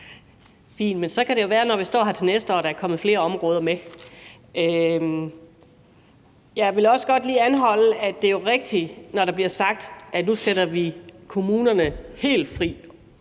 Fint. Men så kan det jo være, når vi står her til næste år, at der er kommet flere områder til. Jeg vil også godt lige anholde, at det er rigtigt, når der bliver sagt, at nu sætter vi kommunerne helt fri